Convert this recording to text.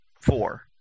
Four